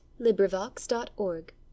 LibriVox.org